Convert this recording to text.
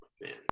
man